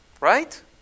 Right